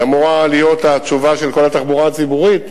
היא אמורה להיות התשובה של כל התחבורה הציבורית,